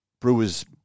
brewers